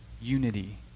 unity